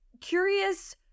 curious